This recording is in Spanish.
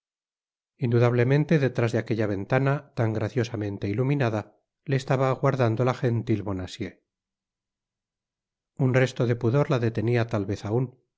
indudablemente detrás de aquella ventana tan graciosamente iluminada le estaba aguardando la gentil bonacieux un resto de pudor la detenia tal vez aun